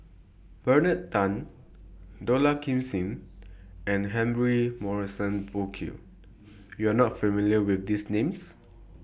Bernard Tan Dollah Kassim and Humphrey Morrison Burkill YOU Are not familiar with These Names